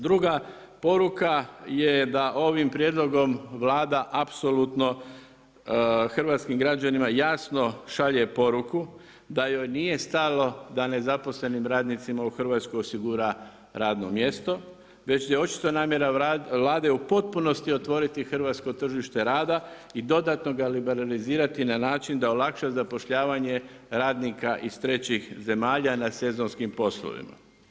Druga poruka je da ovim prijedlogom Vlada apsolutno hrvatskim građanima jasno šalje poruku da joj nije stalo da nezaposlenim radnicima u Hrvatskoj osigura radno mjesto, već je očito namjera Vlade u potpunosti otvoriti hrvatsko tržište rada i dodatno ga liberalizirati na način da olakša zapošljavanje radnika iz trećih zemalja na sezonskim poslovima.